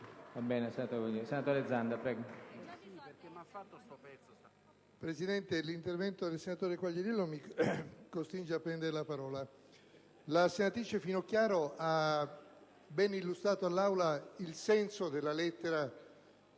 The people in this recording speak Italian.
ha facoltà. ZANDA *(PD)*. Signor Presidente, l'intervento del senatore Quagliariello mi costringe a prendere la parola. La senatrice Finocchiaro ha ben illustrato all'Aula il senso della lettera